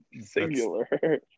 Singular